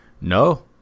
No